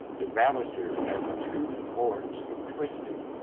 the balusters have two forms of twisting,